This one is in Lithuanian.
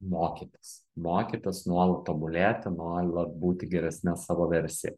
mokytis mokytis nuolat tobulėti nuolat būti geresne savo versija